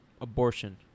abortion